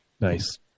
Nice